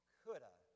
coulda